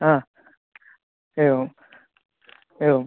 एवम् एवं